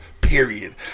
period